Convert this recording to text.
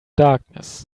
darkness